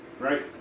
Right